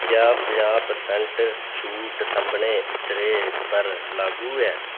क्या पंजाह् प्रसैंट छूट सभनें इत्तरें पर लागू ऐ